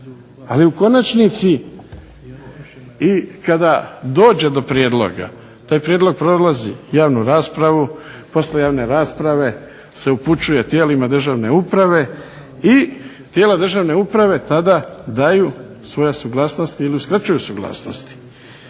Ali u konačnici i kada dođe do prijedloga, taj prijedlog prolazi i javnu raspravu, poslije javne rasprave se upućuje tijelima državne uprave i tijela državne uprave tada daju svoju suglasnost ili uskraćuju svoju suglasnosti.